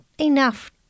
enough